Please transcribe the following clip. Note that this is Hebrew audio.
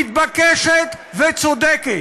מתבקשת וצודקת.